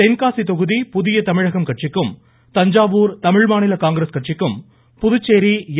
தென்காசி தொகுதி புதிய தமிழகம் கட்சிக்கும் தஞ்சாவூர் தமிழ் மாநில காங்கிரஸ் கட்சிக்கும் புதுச்சேரி என்